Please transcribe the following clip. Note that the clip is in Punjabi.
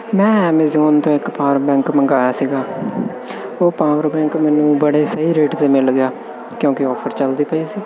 ਮੈਂ ਐਮਜੋਨ ਤੋਂ ਇੱਕ ਪਾਵਰ ਬੈਂਕ ਮੰਗਵਾਇਆ ਸੀਗਾ ਉਹ ਪਾਵਰ ਬੈਂਕ ਮੈਨੂੰ ਬੜੇ ਸਹੀ ਰੇਟ 'ਤੇ ਮਿਲ ਗਿਆ ਕਿਉਂਕਿ ਔਫਰ ਚੱਲਦੇ ਪਏ ਸੀ